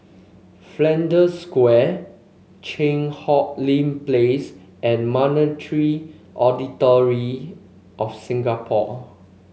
Flanders Square Cheang Hong Lim Place and Monetary Authority Of Singapore